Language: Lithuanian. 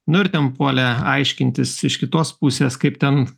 nu ir ten puolė aiškintis iš kitos pusės kaip ten